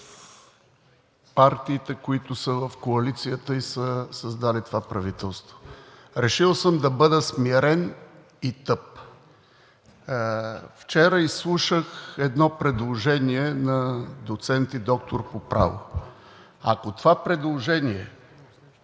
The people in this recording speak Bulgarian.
партиите, които са в коалицията и са създали това правителство. Решил съм да бъда смирен и тъп. Вчера изслушах едно предложение на доцент и доктор по право. Ако това предложение